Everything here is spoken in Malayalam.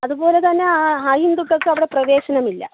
അതുപോലെതന്നെ ആ അഹിന്ദുക്കൾക്ക് അവിടെ പ്രവേശനമില്ല